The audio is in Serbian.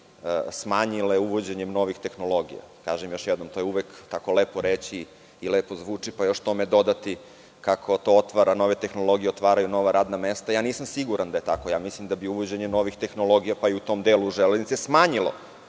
smanjile, uvođenjem novih tehnologija. Kažem još jednom, to je uvek tako lepo reći i lepo zvuči, pa još tome dodati kako to otvara nove tehnologije, otvaraju nova radan mesta. Nisam siguran da je tako. Mislim da je uvođenje novih tehnologija, pa i u tome delu železnica, smanjilo